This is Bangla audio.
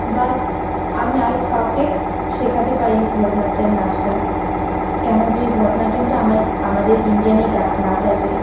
বা আমি আর কাউকে শেখাতে পারি ভরতনাট্যম নাচটা কেন যে ভরতনাট্যমটা আমার আমাদের ইন্ডিয়ানের ডা নাচ আছে